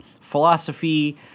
philosophy